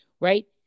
right